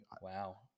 Wow